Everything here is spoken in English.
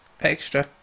extra